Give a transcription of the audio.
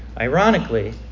Ironically